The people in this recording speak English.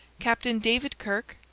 captain david kirke,